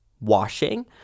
washing